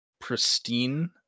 pristine